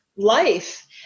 life